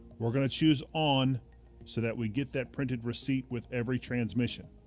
we're going to choose on so that we get that printed receipt with every transmission.